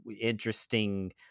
interesting